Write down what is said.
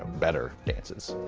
better dances.